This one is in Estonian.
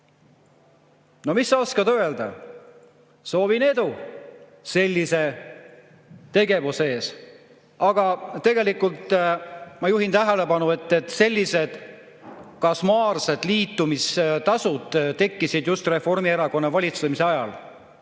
No mis sa oskad öelda? Soovin edu selliseks tegevuseks! Tegelikult ma juhin tähelepanu, et sellised košmaarsed liitumistasud tekkisid just Reformierakonna valitsemise ajal.